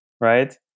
right